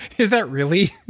is that really